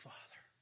Father